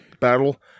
Battle